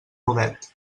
rodet